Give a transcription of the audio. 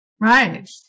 Right